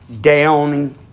downing